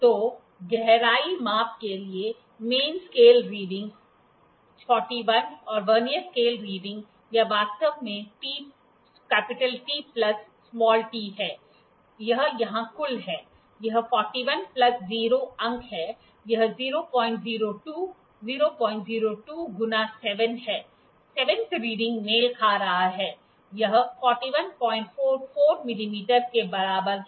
तो गहराई माप के लिए मैन स्केल रीडिंग 41 और वर्नियर स्केल रीडिंग यह वास्तव में T प्लस t है यह यहाँ कुल है यह 41 प्लस 0 अंक है यह 002 002 गुणा 7 है 7 th रीडिंग मेल खा रहा है यह 4144 मिमी के बराबर है